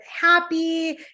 happy